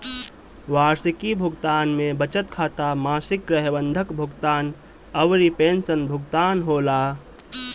वार्षिकी भुगतान में बचत खाता, मासिक गृह बंधक भुगतान अउरी पेंशन भुगतान होला